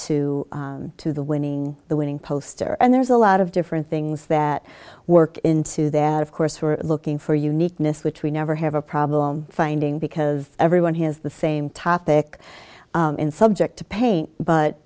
to two the winning the winning poster and there's a lot of different things that work into that of course we're looking for uniqueness which we never have a problem finding because everyone has the same topic in subject to paint but